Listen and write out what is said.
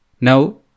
now